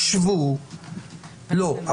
לא.